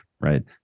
Right